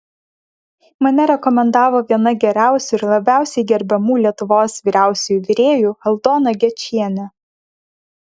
mane rekomendavo viena geriausių ir labiausiai gerbiamų lietuvos vyriausiųjų virėjų aldona gečienė